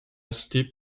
steep